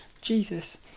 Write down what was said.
Jesus